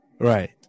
Right